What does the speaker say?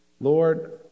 Lord